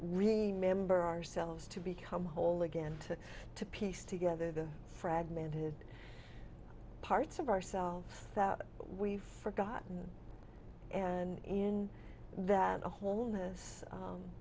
remember ourselves to become whole again to to piece together the fragmented parts of ourselves that we've forgotten and in that wholeness